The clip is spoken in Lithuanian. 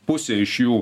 pusė iš jų